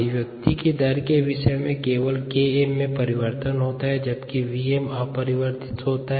अभिव्यक्ति दर के विषय के केवल Km में परिवर्तन होता है जबकि Vm अपरिवर्तित रहता है